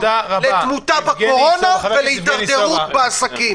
לתמותה בקורונה ולהידרדרות בעסקים.